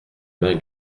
main